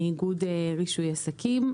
מאיגוד רישוי עסקים.